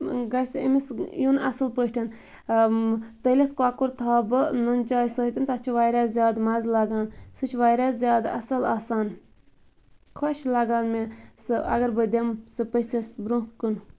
گَژھِ أمس یُن اصٕل پٲٹھۍ تٔلِتھ کۄکُر تھاوٕ بہٕ نُنہِ چاے سۭتۍ تَتھ چھُ واریاہ زیادٕ مَزٕ لَگان سُہ چھُ واریاہ زیادٕ اصٕل آسان خۄش لَگان مےٚ سُہ اَگَر بہٕ دِمہ سُہ پٔژھِس برونٛہہ کُن